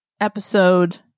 episode